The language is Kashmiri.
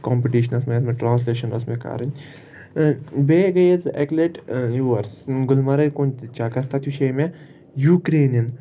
کامپِٹشنَس مےٚ یتھ منٛز مےٚ ٹرٛانسلیشَن ٲس مےٚ کَرٕنۍ بیٚیہِ گٔیَس بہٕ اَکہِ لَٹہِ یور گُلمرگ کُن چَکر تَتہِ وٕچھے مےٚ یوٗکریینَِن